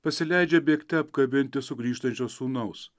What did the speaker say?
pasileidžia bėgte apkabinti sugrįžtančio sūnaus